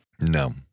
No